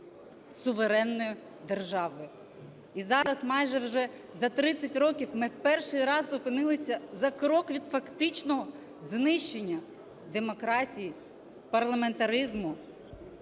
суверенною державою. І зараз, майже вже за тридцять років, ми перший раз опинилися за крок від фактично знищення демократії, парламентаризму